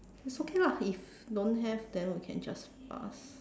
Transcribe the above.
it's okay lah if don't have then we can just pass